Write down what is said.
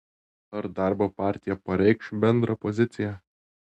ar darbo partija pareikš bendrą poziciją